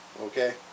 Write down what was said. Okay